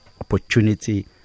opportunity